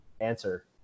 answer